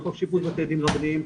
סעיף 3 ו4.